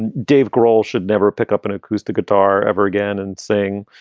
and dave grohl should never pick up an acoustic guitar ever again and sing.